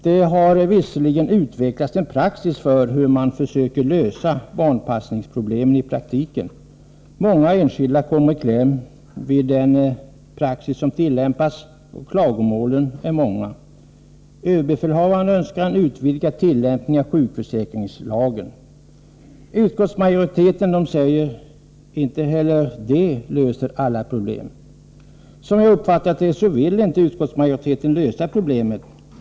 Det har visserligen utvecklats en praxis för hur man försöker lösa barnpassningsproblemen, men många enskilda kommer i kläm vid den praxis som tillämpas, och klagomålen är många. Överbefälhavaren önskar en utvidgad tillämpning av sjukförsäkringslagen. Utskottsmajoriteten säger att inte heller det löser alla problem. Som jag uppfattar det, vill inte utskottsmajoriteten lösa problemet.